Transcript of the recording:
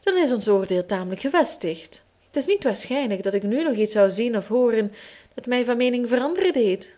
dan is ons oordeel tamelijk gevestigd t is niet waarschijnlijk dat ik nu nog iets zou zien of hooren dat mij van meening veranderen deed